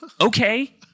okay